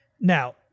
Now